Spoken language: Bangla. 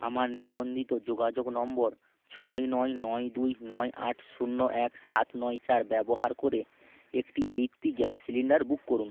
আমার নিবন্ধিত যোগাযোগ নম্বর ছয় নয় নয় দুই নয় আট শূন্য এক সাত নয় চার ব্যবহার করে একটি H P gas cylinder book করুন